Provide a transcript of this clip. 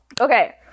okay